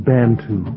Bantu